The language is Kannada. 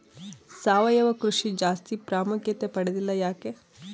ಸಾವಯವ ಕೃಷಿ ಜಾಸ್ತಿ ಪ್ರಾಮುಖ್ಯತೆ ಪಡೆದಿಲ್ಲ ಯಾಕೆ?